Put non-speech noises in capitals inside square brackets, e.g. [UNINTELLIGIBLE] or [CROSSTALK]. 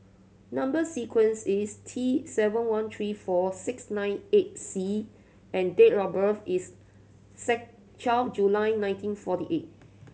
number sequence is T seven one three four six nine eight C and date of birth is [UNINTELLIGIBLE] twelve July nineteen forty eight